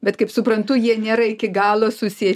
bet kaip suprantu jie nėra iki galo susieti